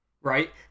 Right